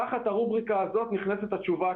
תחת הרובריקה הזאת נכנסת התשובה.